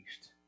east